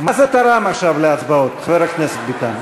מה זה תרם עכשיו להצבעות, חבר הכנסת ביטן?